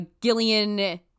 Gillian